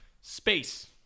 Space